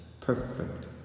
perfect